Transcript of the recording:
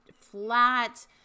Flat